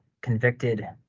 convicted